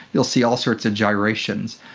you'll see all sorts of gyrations.